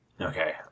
Okay